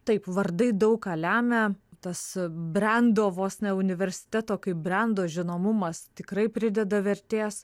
taip vardai daug ką lemia tas brendo vos ne universiteto kaip brendo žinomumas tikrai prideda vertės